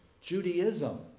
Judaism